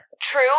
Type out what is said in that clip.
True